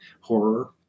horror